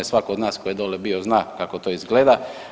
Svatko od nas tko je dole bio zna kako to izgleda.